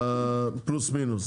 פלוס מינוס.